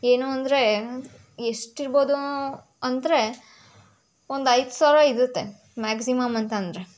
ಏನೂ ಅಂದರೆ ಎಷ್ಟಿರ್ಬೋದು ಅಂದರೆ ಒಂದು ಐದು ಸಾವಿರ ಇರುತ್ತೆ ಮ್ಯಾಕ್ಸಿಮಮ್ ಅಂತ ಅಂದರೆ